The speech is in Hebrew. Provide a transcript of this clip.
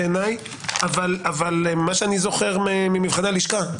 אבל ממה שאני זוכר מהלשכה.